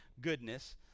goodness